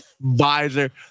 visor